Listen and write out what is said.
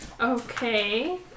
Okay